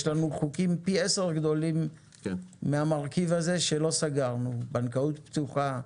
יש לנו חוקים פי עשרה גדולים מהמרכיב הזה שלא סגרנו בנקאות פתוחה,